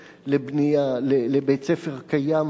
יש רגישות גבוהה,